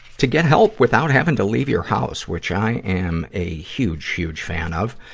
to get help without having to leave your house, which i am a huge, huge fan of.